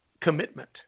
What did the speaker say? commitment